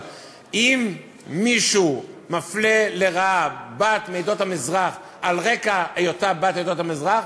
אבל אם מישהו מפלה לרעה בת מעדות המזרח על רקע היותה בת לעדות המזרח,